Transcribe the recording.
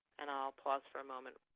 and i will pause for a moment.